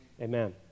Amen